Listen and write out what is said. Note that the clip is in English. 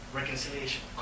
reconciliation